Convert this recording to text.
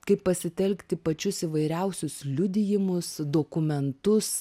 kaip pasitelkti pačius įvairiausius liudijimus dokumentus